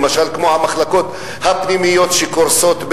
למשל כמו המחלקות הפנימיות שקורסות,